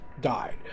died